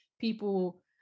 people